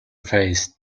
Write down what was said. face